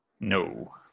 No